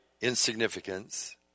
insignificance